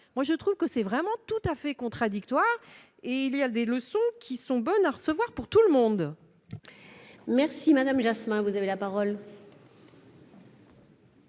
moi je trouve que c'est vraiment tout à fait contradictoire et il y a des leçons qui sont bonnes à recevoir pour tout le monde. Merci madame Jasmin, vous avez la parole.